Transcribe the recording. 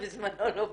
בזמנו לא ביקר.